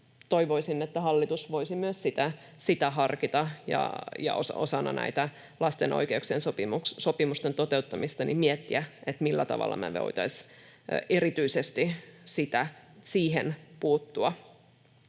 Toivoisin, että hallitus voisi myös sitä harkita osana lasten oikeuksien sopimuksen toteuttamista ja miettiä, millä tavalla voitaisiin erityisesti siihen puuttua.